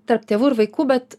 tarp tėvų ir vaikų bet